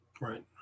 right